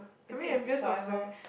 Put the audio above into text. you think forever